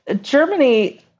Germany